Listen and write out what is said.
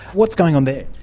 what's going on there?